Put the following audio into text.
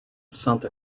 santa